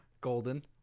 Golden